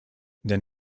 denn